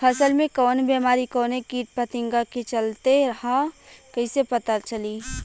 फसल में कवन बेमारी कवने कीट फतिंगा के चलते लगल ह कइसे पता चली?